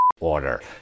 order